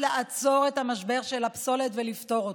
לעצור את המשבר של הפסולת ולפתור אותו.